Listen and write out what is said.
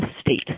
state